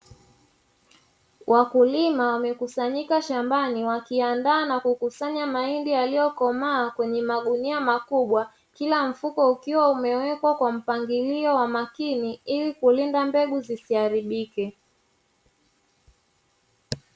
Wakulima wamekusanyika shambani wakiandaa na kukusanya mahindi yaliyokomaa kwenye magunia makubwa, kila mfuko ukiwa umewekwa kwa mpangilio wa makini ili kulinda mbegu zisiharibike.